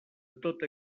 tota